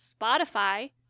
Spotify